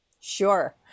Sure